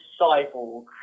Cyborg